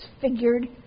disfigured